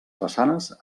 façanes